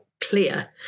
clear